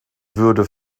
würde